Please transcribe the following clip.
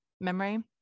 memory